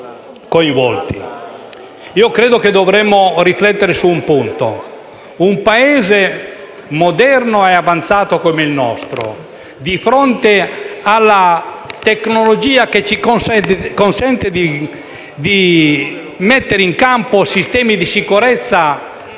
Credo che dovremmo riflettere su un punto: in un Paese moderno e avanzato come il nostro, di fronte a una tecnologia che consente di mettere in campo sistemi di sicurezza